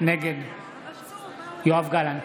נגד יואב גלנט,